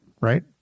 right